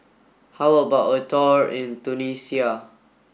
how about a tour in Tunisia